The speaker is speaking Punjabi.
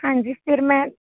ਹਾਂਜੀ ਫਿਰ ਮੈਂ